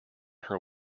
her